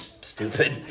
stupid